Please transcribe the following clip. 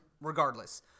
regardless